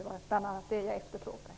Det var bl.a. det som jag efterfrågade.